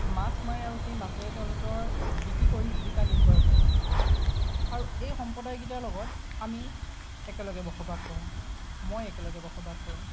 মাছ মাৰে আৰু সেই মাছেৰে তেওঁলোকৰ বিক্ৰী কৰি জীৱিকা নিৰ্বাহ কৰে আৰু এই সম্প্ৰদায় কেইটাৰ লগত আমি একেলগে বসবাস কৰোঁ মই একেলগে বসবাস কৰোঁ